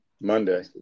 Monday